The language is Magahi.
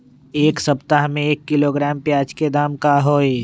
एक सप्ताह में एक किलोग्राम प्याज के दाम का होई?